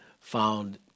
found